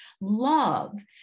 love